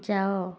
ଯାଅ